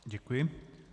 Děkuji.